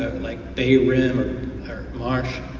like bay rim or or marsh.